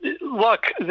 Look